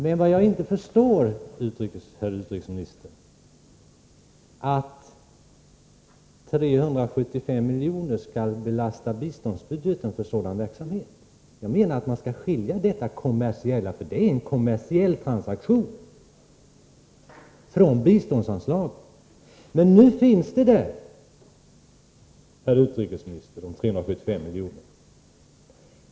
Men vad jag inte förstår, herr utrikesminister, är att 375 miljoner skall belasta biståndsbudgeten för sådan verksamhet. Jag menar att man bör skilja detta kommersiella — det är nämligen en kommersiell transaktion — från biståndsanslaget. Men nu finns det där, herr utrikesminister.